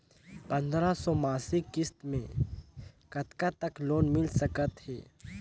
पंद्रह सौ मासिक किस्त मे कतका तक लोन मिल सकत हे?